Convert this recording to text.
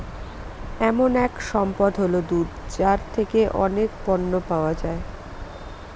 এমন এক সম্পদ হল দুধ যার থেকে অনেক পণ্য পাওয়া যায়